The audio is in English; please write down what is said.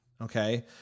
Okay